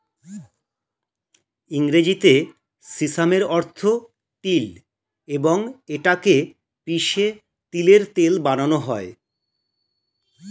ইংরেজিতে সিসামের অর্থ তিল এবং এটা কে পিষে তিলের তেল বানানো হয়